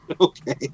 Okay